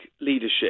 leadership